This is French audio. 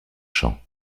champs